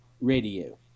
Radio